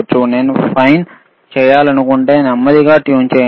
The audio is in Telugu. నేను ఫైన్ చేయాలనుకుంటే నెమ్మదిగా ట్యూన్ చేయండి 5